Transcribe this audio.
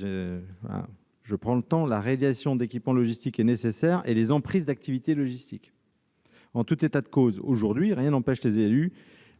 dans lesquels la réalisation de tels équipements est nécessaire et les emprises d'activités logistiques. En tout état de cause, rien aujourd'hui n'empêche les élus